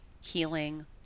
healing